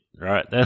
right